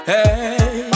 Hey